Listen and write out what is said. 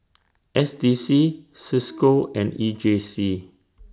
S D C CISCO and E J C